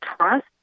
trust